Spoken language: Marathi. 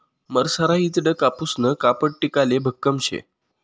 मरसराईजडं कापूसनं कापड टिकाले भक्कम शे